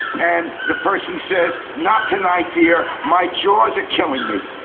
and the person says, not tonight dear, my jaws are killing me.